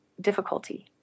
difficulty